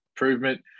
improvement